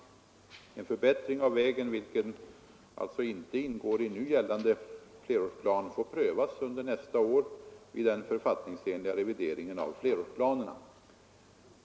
Frågan om en förbättring av vägen — vilken alltså inte ingår i nu gällande flerårsplan — får prövas under nästa år vid den författningsenliga revideringen av flerårsplanerna.